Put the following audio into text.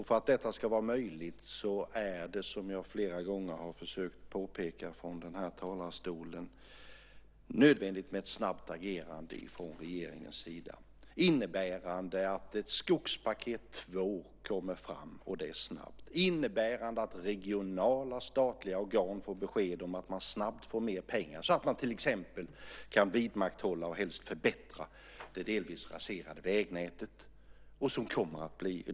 För att detta ska vara möjligt är det, som jag flera gånger har försökt påpeka från den här talarstolen, nödvändigt med ett snabbt agerande från regeringens sida som innebär att ett skogspaket två kommer fram och det snabbt och att regionala och statliga organ får besked om att de snabbt får mer pengar så att de till exempel kan vidmakthålla och helst förbättra det delvis raserade vägnätet.